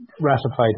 ratified